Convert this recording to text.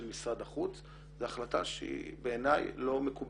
משרד החוץ זו החלטה שהיא בעיניי לא מקובלת.